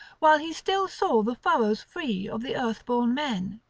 while he still saw the furrows free of the earthborn men.